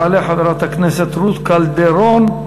תעלה חברת הכנסת רות קלדרון,